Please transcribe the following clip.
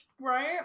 right